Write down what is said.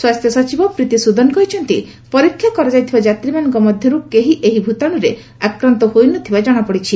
ସ୍ୱାସ୍ଥ୍ୟ ସଚିବ ପ୍ରୀତି ସ୍ୱଦନ କହିଛନ୍ତି ପରୀକ୍ଷା କରାଯାଇଥିବା ଯାତ୍ରୀମାନଙ୍କ ମଧ୍ୟର୍ କେହି ଏହି ଭୂତାଣ୍ରରେ ଆକ୍ରାନ୍ତ ହୋଇନଥିବା କଣାପଡ଼ିଛି